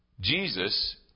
Jesus